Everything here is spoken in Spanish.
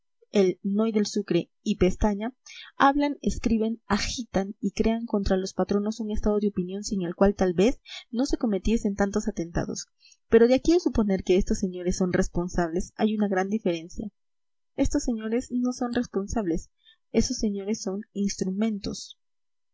el noy del sucre y pestaña hablan escriben agitan y crean contra los patronos un estado de opinión sin el cual tal vez no se cometiesen tantos atentados pero de aquí a suponer que esos señores son responsables hay una gran diferencia esos señores no son responsables esos señores son instrumentos